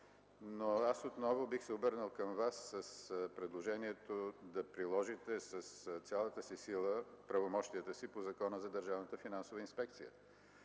Аз отново бих се обърнал към Вас с предложението да приложите с цялата си сила правомощията си по Закона за Държавната финансова инспекция,